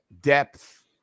depth